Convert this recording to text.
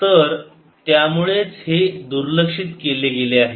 तर त्यामुळेच हे दुर्लक्षित केले गेले आहे